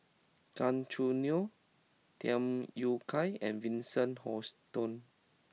Gan Choo Neo Tham Yui Kai and Vincent Hoisington